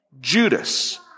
Judas